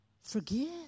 forgive